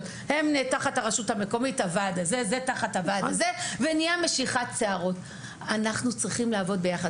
הם תחת הוועד הזה והם תחת הוועד ההוא - אנחנו צריכים לעבוד ביחד,